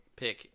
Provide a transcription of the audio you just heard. Pick